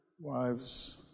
Wives